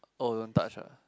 oh don't touch ah